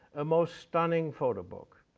a most stunning photo book.